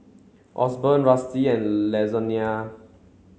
Osborne Rusty and Lasonya